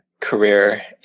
career